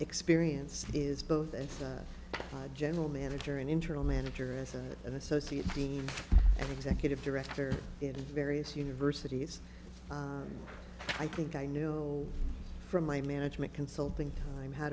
experience is both as a general manager and interim manager as an associate dean executive director in various universities i think i know from my management consulting time how